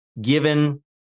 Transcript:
given